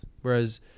Whereas